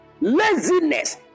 laziness